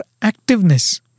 activeness